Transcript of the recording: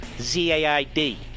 Z-A-I-D